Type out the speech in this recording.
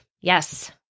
Yes